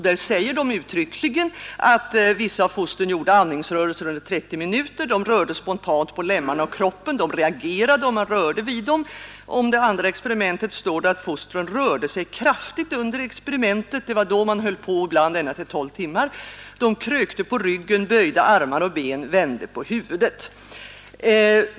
Där säger de uttryckligen att vissa av fostren gjorde andningsrörelser under 30 minuter, att de rörde spontant på lemmarna och kroppen och att de reagerade om man rörde vid dem. Om det andra experimentet står det att fostren rörde sig kraftigt under experimentet — ibland höll man på ända upp till 12 timmar. De krökte på ryggen, böjde armar och ben, vände på huvudet.